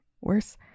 Worse